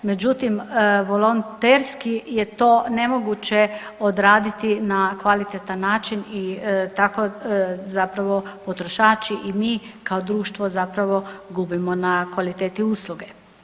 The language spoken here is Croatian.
Međutim, volonterski je to nemoguće odraditi na kvalitetan način i tako zapravo potrošači i mi kao društvo zapravo gubimo na kvaliteti usluge.